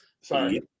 Sorry